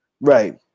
Right